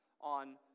on